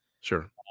Sure